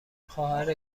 خواهر